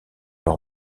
leur